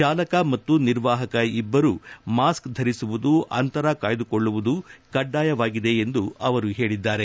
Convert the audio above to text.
ಚಾಲಕ ಮತ್ತು ನಿರ್ವಾಹಕ ಇಬ್ಲರು ಮಾಸ್ಕ್ ಧರಿಸುವುದು ಅಂತರ ಕಾಯ್ಲುಕೊಳ್ಳುವುದು ಕಡ್ಡಾಯವಾಗಿದೆ ಎಂದು ಅವರು ಹೇಳಿದ್ದಾರೆ